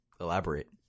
Elaborate